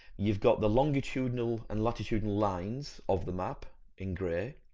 you've got the longitudinal and latitudinal lines of the map in grey,